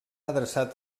adreçat